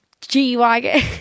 G-Wagon